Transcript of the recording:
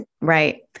Right